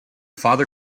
father